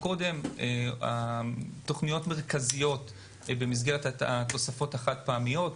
תוכניות מרכזיות במסגרת התוספות החד פעמיות.